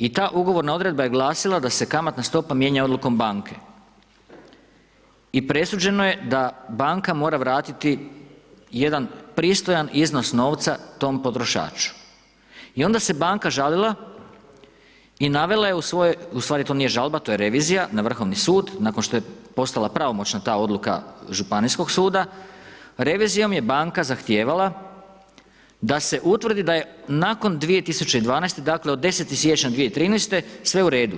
I ta ugovorna odredba je glasila da se kamatna stopa mijenja odlukom banke i presuđeno je da banka mora vratiti jedan pristojan iznos novca tom potrošaču i onda se banka žalila i navela je, ustvari to nije žalba, to je revizija na Vrhovni sud, nakon što je postala pravomoćna ta odluka županijskog suda, revizijom je banka zahtijevala da se utvrdi da je nakon 2012. dakle od 10. siječnja 2013. sve u redu